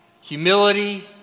humility